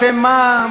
אתם מה?